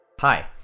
Hi